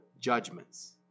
judgments